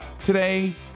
Today